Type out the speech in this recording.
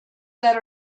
that